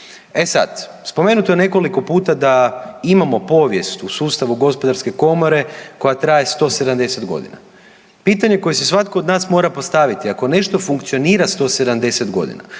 E sad, spomenuto je nekoliko puta da imamo povijest u sustavu Gospodarske komore koja traje 170 godina. Pitanje koje si svatko od nas mora postaviti ako nešto funkcionira 170 godina